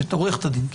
עורכת הדין קשת.